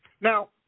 Now